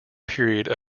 period